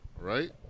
right